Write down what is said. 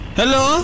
Hello